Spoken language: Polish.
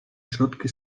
środki